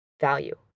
value